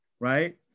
right